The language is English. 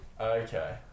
Okay